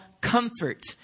comfort